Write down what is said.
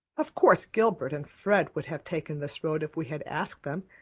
of course gilbert and fred would have taken this road if we had asked them.